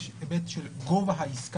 יש היבט של גובה העסקה,